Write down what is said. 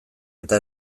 eta